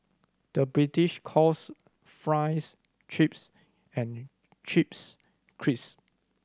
the British calls fries chips and chips crisp